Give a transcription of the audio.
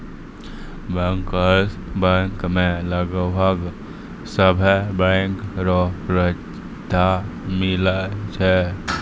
bankers bank मे लगभग सभे बैंको रो सुविधा मिलै छै